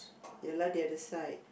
ya lah the other side